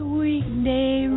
weekday